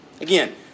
Again